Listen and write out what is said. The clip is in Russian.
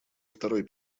второй